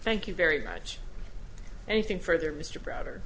thank you very much anything further mr browder